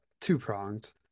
two-pronged